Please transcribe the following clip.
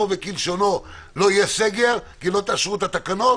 וכלשונו לא יהיה סגר כי לא תאשרו את התקנות?